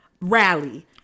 rally